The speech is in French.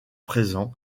présents